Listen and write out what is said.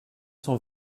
cent